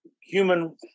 human